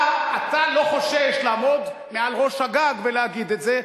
אתה לא חושש לעמוד על ראש הגג ולהגיד את זה.